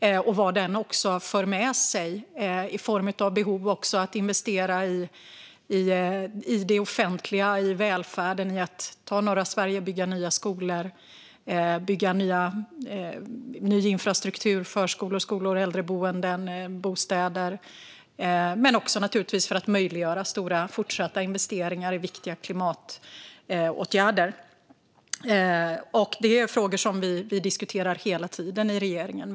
Vi ser ju vad omställningen för med sig i form av behov av att investera i det offentliga och välfärden. Ta norra Sverige, där det behöver byggas nya skolor, infrastruktur, förskolor, skolor, äldreboenden och bostäder! Det handlar naturligtvis också om att möjliggöra fortsatta stora investeringar i viktiga klimatåtgärder. Detta är frågor vi diskuterar hela tiden i regeringen.